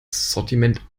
sortiment